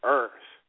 earth